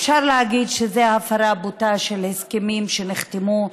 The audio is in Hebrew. אפשר להגיד שזו הפרה בוטה של הסכמים שנחתמו,